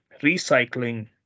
recycling